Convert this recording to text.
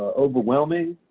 overwhelming,